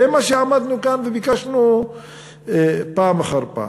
זה מה שעמדנו כאן וביקשנו פעם אחר פעם.